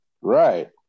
right